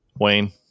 Wayne